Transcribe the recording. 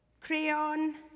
crayon